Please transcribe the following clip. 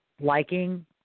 liking